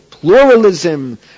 Pluralism